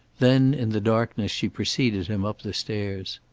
then in the darkness she preceded him up the stairs.